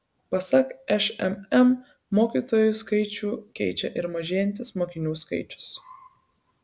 pasak šmm mokytojų skaičių keičia ir mažėjantis mokinių skaičius